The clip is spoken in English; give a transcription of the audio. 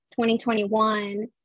2021